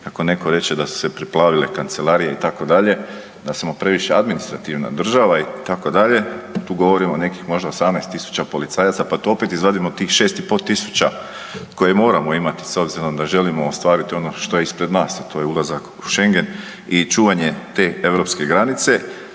kako neko reče da su se preplavile kancelarije itd., da smo previše administrativna država itd., tu govorimo o nekih možda 18.000 policajaca, pa tu opet izvadimo tih 6500 koje moramo imati s obzirom da želimo ostvariti ono što je ispred nas, a to je ulazak u Šengen i čuvanje te europske granice,